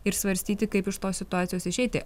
ir svarstyti kaip iš tos situacijos išeiti